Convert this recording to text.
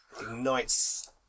Ignites